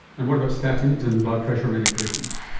and what about statins and blood pressure medications?